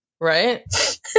right